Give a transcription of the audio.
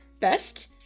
best